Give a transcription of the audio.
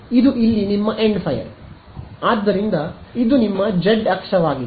ಆದ್ದರಿಂದ ಇದು ಇಲ್ಲಿ ನಿಮ್ಮ ಎಂಡ್ ಫೈರ್ ಆದ್ದರಿಂದ ಇದು ನಿಮ್ಮ ಜೆಡ್ ಅಕ್ಷವಾಗಿದೆ